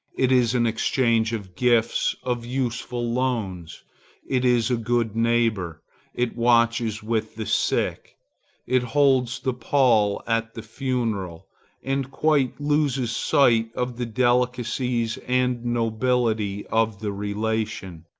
it is an exchange of gifts, of useful loans it is good neighborhood it watches with the sick it holds the pall at the funeral and quite loses sight of the delicacies and nobility of the relation.